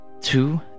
Two